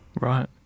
Right